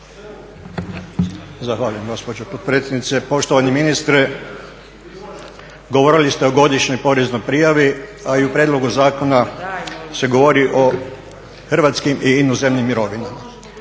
Zahvaljujem gospođo potpredsjednice. Poštovani ministre, govorili ste o godišnjoj poreznoj prijavi, a i o prijedlogu zakona se govori o hrvatskim i inozemnim mirovinama.